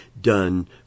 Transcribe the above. done